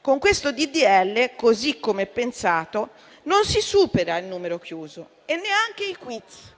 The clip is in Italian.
Con questo disegno di legge, così come è pensato, non si supera il numero chiuso e neanche il *quiz*.